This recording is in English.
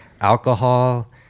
alcohol